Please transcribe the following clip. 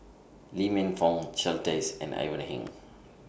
Lee Man Fong Charles Dyce and Ivan Heng